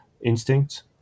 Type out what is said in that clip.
instinct